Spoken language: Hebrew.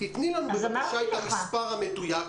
תני לנו, בבקשה, את המספר המדויק.